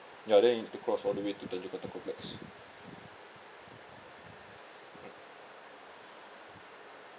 ya then you need to cross all the way to tanjong katong complex